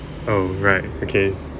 oh right okay